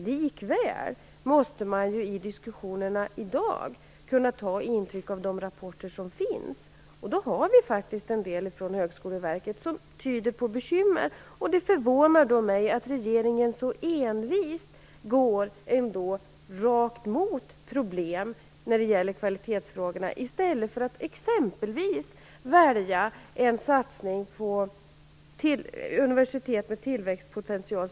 Likväl måste man ju i diskussionerna i dag kunna ta intryck av de rapporter som finns. Vi har faktiskt hört en del från Högskoleverket som tyder på att det finns bekymmer. Då förvånar det mig att regeringen så envist går rakt mot problem när det gäller kvalitetsfrågorna i stället för att exempelvis välja en satsning på universitet med tillväxtpotential.